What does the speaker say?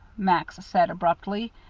max said abruptly,